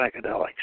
psychedelics